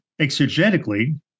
exegetically